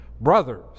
Brothers